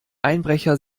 einbrecher